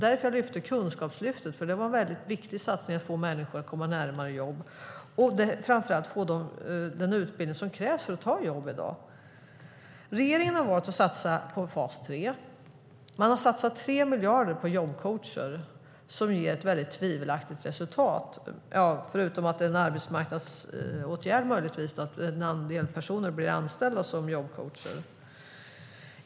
Därför framhöll jag Kunskapslyftet, för det var en viktig satsning för att få människor att komma närmare jobb och för att de ska få den utbildning som krävs för att ta jobb i dag. Regeringen har valt att satsa på fas 3. Man har satsat 3 miljarder på jobbcoacher, som ju ger ett väldigt tvivelaktigt resultat förutom att det möjligtvis är en arbetsmarknadspolitisk åtgärd att ett antal personer blir anställda som jobbcoacher.